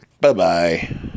Bye-bye